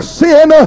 sin